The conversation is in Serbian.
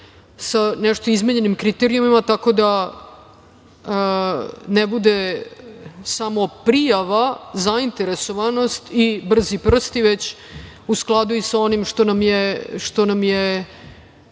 sa nešto izmenjenim kriterijumima tako da ne bude samo prijava, zainteresovanost i brzi prsti, već u skladu i sa onim što nam je